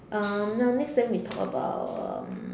um now next then we talk about um